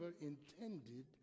intended